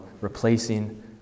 replacing